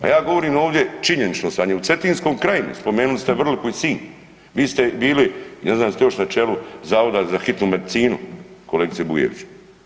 A ja govorim ovdje činjenično stanje, u Cetinskoj krajini, spomenuli ste Vrliku i Sinj, vi ste bili, ne znam jeste još na čelu Zavoda za hitnu medicinu, kolegice Bujević.